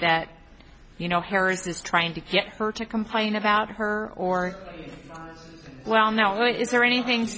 that you know harris is trying to get her to complain about her or well now is there anything